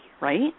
Right